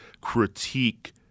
critique